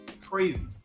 Crazy